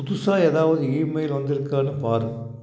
புதுசாக ஏதாவது இமெயில் வந்திருக்கான்னு பார்